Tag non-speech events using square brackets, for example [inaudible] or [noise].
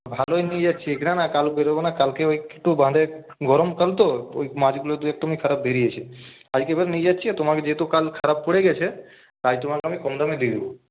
ভালোই নিয়ে যাচ্ছি না না কাল বেরোব না কালকে ওই একটু বাঁধে গরমকাল তো ওই মাছগুলো [unintelligible] একদমই খারাপ বেরিয়েছে আজকে আবার নিয়ে যাচ্ছি আর তোমাকে যেহেতু কাল খারাপ পড়ে গেছে তাই তোমাকে আমি কম দামে দিয়ে দেবো